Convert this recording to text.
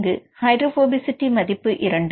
இங்கு ஹைட்ரோபோபசிட்டி மதிப்பு 2